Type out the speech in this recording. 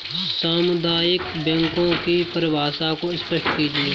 सामुदायिक बैंकों की परिभाषा को स्पष्ट कीजिए?